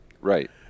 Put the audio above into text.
Right